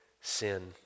sin